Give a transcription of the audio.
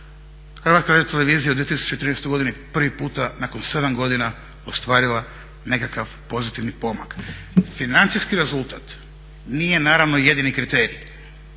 je gubitke. HRT u 2013. godini je prvi puta nakon 7 godina ostvarila nekakav pozitivni pomak. Financijski rezultat nije naravno jedini kriterij.